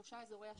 שלושה אזורי השפעה.